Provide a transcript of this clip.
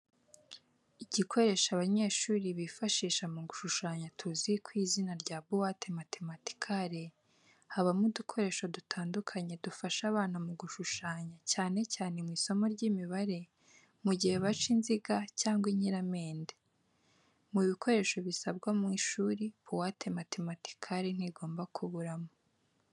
Igikoresho abanyeshuli bifashisha mu gushushanya tuzi ku izina rya buwate matematikare, habamo udukoresho dutandukanye dufasha abana mu gushushanya cyane cyane mu isomo ry'imibare, mu gihe baca inziga cyangwa inkiramende. Mu bikoresho bisabwa mu ishuri buwate matematikari ntigomba kuburamo.